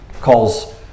calls